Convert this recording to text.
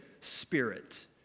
spirit